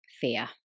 fear